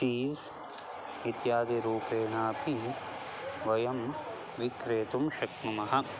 cheese इत्यादिरूपेण अपि वयं विक्रेतुं शक्नुमः